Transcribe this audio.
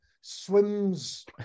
swims